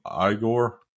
Igor